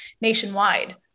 nationwide